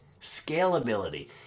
scalability